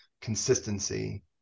consistency